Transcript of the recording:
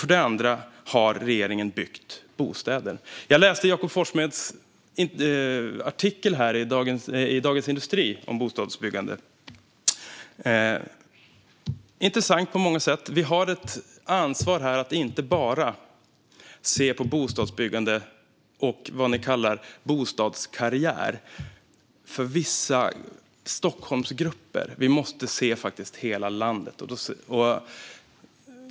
Regeringen har dessutom byggt bostäder. Jag läste Jakob Forssmeds artikel i Dagens industri om bostadsbyggande - intressant på många sätt. Vi har ett ansvar här att inte bara se på bostadsbyggande och det ni kallar bostadskarriär för vissa Stockholmsgrupper. Vi måste se till hela landet.